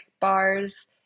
bars